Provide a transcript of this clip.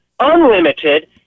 unlimited